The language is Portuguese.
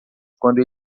quando